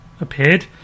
appeared